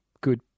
good